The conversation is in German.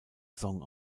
song